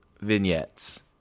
vignettes